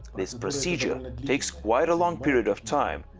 this procedure takes quite a long period of time,